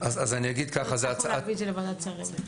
לא הצלחנו להביא את זה לוועדת שרים.